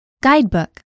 Guidebook